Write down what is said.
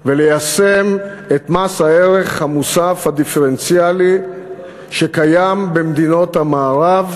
וליישם את מס הערך המוסף הדיפרנציאלי שקיים במדינות המערב.